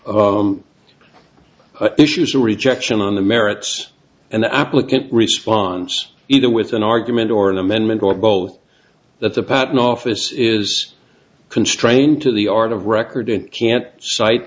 r issues are rejection on the merits and the applicant response either with an argument or an amendment or both that the patent office is constrained to the art of record and can't cite